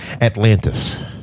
Atlantis